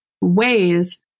ways